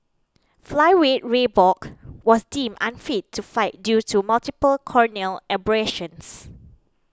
Flyweight Ray Borg was deemed unfit to fight due to multiple corneal abrasions